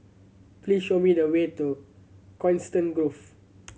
please show me the way to Coniston Grove